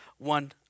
One